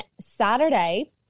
Saturday